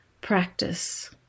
practice